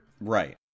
Right